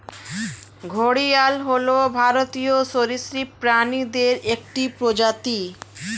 ঘড়িয়াল হল ভারতীয় সরীসৃপ প্রাণীদের একটি প্রজাতি